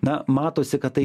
na matosi kad tai